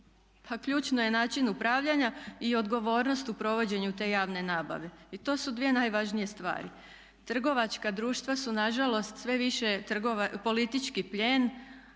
Pa ključan je način upravljanja i odgovornost u provođenju te javne nabave. To su dvije najvažnije stvari. Trgovačka društva su nažalost sve više politički plijen,